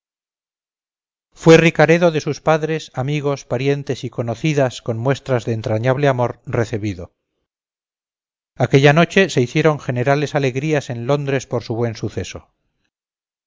fue ricaredo de sus padres amigos parientes y conocidas con muestras de entrañable amor recebido aquella noche se hicieron generales alegrías en londres por su buen suceso